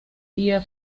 ihr